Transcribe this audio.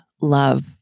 love